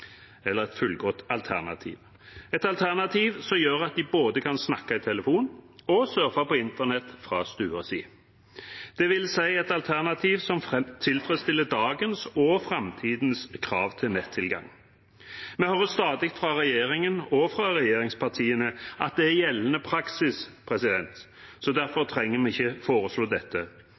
alternativ – et alternativ som gjør at de både kan snakke i telefon og surfe på internett fra stua si. Det vil si et alternativ som tilfredsstiller dagens og framtidens krav til nettilgang. Vi hører stadig fra regjeringen og fra regjeringspartiene at det er gjeldende praksis, så derfor trenger vi ikke foreslå dette.